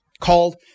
called